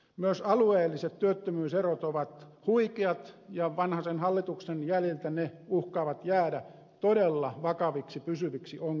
myös alueelliset työttömyyserot ovat huikeat ja vanhasen hallituksen jäljiltä ne uhkaavat jäädä todella vakaviksi pysyviksi ongelmiksi